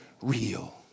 real